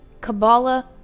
Kabbalah